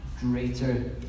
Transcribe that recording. greater